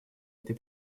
этой